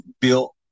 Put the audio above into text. built